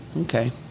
Okay